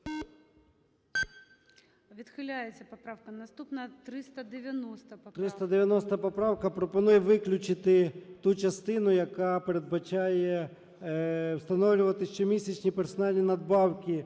Відхиляється поправка. Наступна 390 поправка.